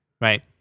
Right